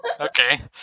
Okay